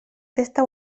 testa